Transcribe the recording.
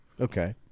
Okay